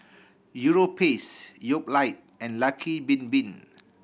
Europace Yoplait and Lucky Bin Bin